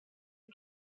审查